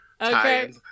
Okay